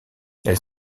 elles